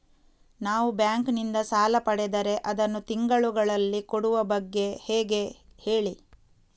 ನಾವು ಬ್ಯಾಂಕ್ ನಿಂದ ಸಾಲ ಪಡೆದರೆ ಅದನ್ನು ತಿಂಗಳುಗಳಲ್ಲಿ ಕೊಡುವ ಬಗ್ಗೆ ಹೇಗೆ ಹೇಳಿ